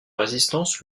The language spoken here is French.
résistance